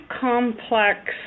complex